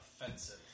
offensive